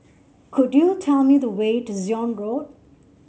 could you tell me the way to Zion Road